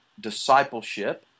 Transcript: discipleship